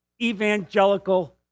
evangelical